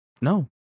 No